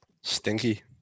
Stinky